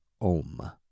OM